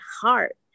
heart